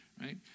right